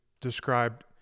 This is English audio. described